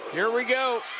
here we go.